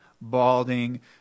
balding